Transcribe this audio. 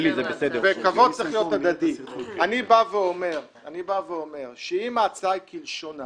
אלי, זה בסדר --- אני אומר שאם ההצעה היא כלשונה